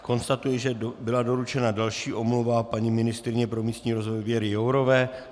Konstatuji, že byla doručena další omluva paní ministryně pro místní rozvoj Věry Jourové.